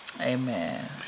Amen